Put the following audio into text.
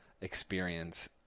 experience